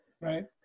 right